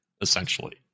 essentially